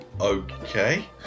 Okay